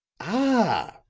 ah!